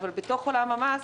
אבל בתוך עולם המס